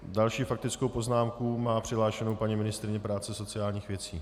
Další faktickou poznámku má přihlášenou paní ministryně práce a sociálních věcí.